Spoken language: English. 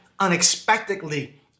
unexpectedly